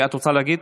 את רוצה להגיד?